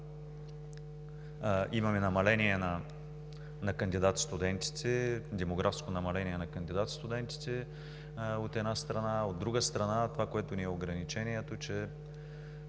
имаме намаление на кандидат-студентите – демографско намаление на кандидат-студентите, от една страна. От друга страна, ограничението ни